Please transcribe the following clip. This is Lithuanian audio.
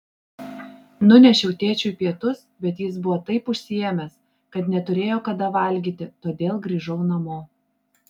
nunešiau tėčiui pietus bet jis buvo taip užsiėmęs kad neturėjo kada valgyti todėl grįžau namo